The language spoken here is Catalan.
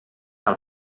del